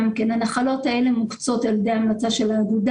הנחלות האלה מוקצות על ידי המלצה של האגודה.